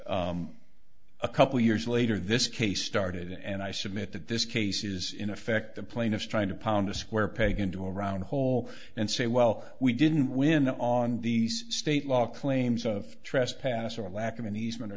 a couple years later this case started and i submit that this case is in effect the plaintiffs trying to pound a square peg into a round hole and say well we didn't win on these state law claims of trespass or lack of an easement or